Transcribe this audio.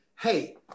hey